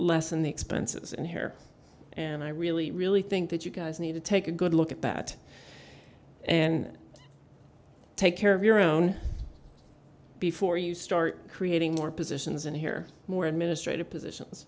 lessen the expenses in here and i really really think that you guys need to take a good look at that and take care of your own before you start creating more positions and hear more administrative positions